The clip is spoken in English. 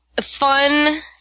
Fun